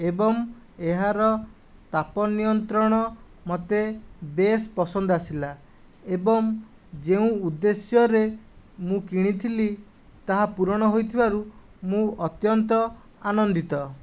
ଏବଂ ଏହାର ତାପ ନିୟନ୍ତ୍ରଣ ମୋତେ ବେଶ ପସନ୍ଦ ଆସିଲା ଏବଂ ଯେଉଁ ଉଦ୍ଦେଶ୍ୟରେ ମୁଁ କିଣିଥିଲି ତାହା ପୁରଣ ହୋଇଥିବାରୁ ମୁଁ ଅତ୍ୟନ୍ତ ଆନନ୍ଦିତ